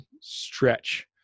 stretch